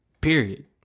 Period